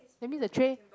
that means the tray